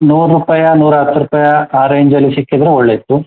ನೂರು ರೂಪಾಯಾ ನೂರ ಹತ್ತು ರೂಪಾಯಾ ಆ ರೇಂಜಲ್ಲಿ ಸಿಕ್ಕಿದರೆ ಒಳ್ಳೆ ಇತ್ತು